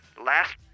Last